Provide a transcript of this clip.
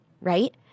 right